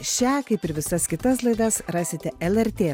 šią kaip ir visas kitas laidas rasite lrt